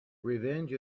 revenge